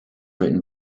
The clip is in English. written